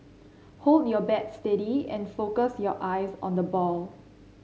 hold your bat steady and focus your eyes on the ball